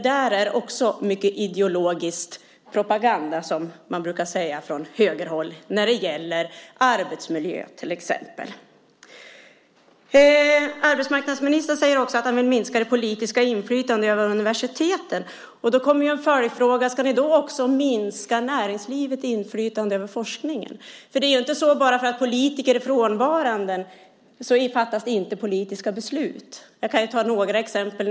Där är också mycket ideologisk propaganda, som man brukar säga från högerhåll, till exempel när det gäller arbetsmiljö. Arbetsmarknadsministern säger också att han vill minska det politiska inflytandet över universiteten. Då blir följdfrågan om ni ska minska näringslivets inflytande över forskningen. Det är inte så att bara för att politiker är frånvarande fattas inte politiska beslut. Jag kan ta några exempel.